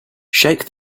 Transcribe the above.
shake